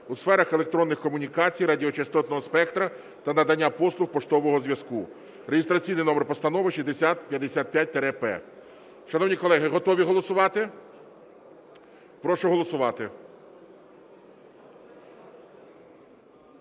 у сферах електронних комунікацій, радіочастотного спектра та надання послуг поштового зв'язку (реєстраційний номер постанови 6055-П). Шановні колеги, готові голосувати? Прошу голосувати.